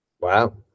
Wow